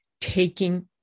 taking